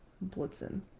blitzen